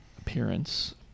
appearance